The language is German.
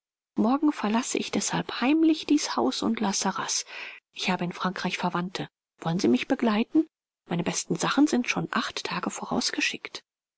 morgen verlasse ich deshalb heimlich dies haus und la sarraz ich habe in frankreich verwandte wollen sie mich begleiten meine besten sachen sind schon acht tage vorausgeschickt